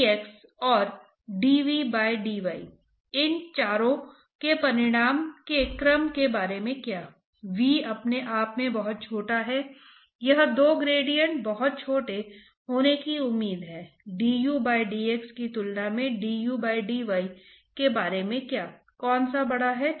यदि आप इन तीन ग्रेडिएंट्स को जानते हैं तो आपने वास्तव में परिमाणित किया है या आपने 3 सीमा परतों के विशिष्ट गुणों की पहचान की है जिसका अर्थ है कि हमने इन तीन परिवहन प्रक्रियाओं के विशिष्ट गुणों की पहचान की है जो एक साथ हो रही हैं